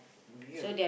mirror